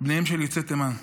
בניהם של יוצאי תימן,